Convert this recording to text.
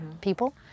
people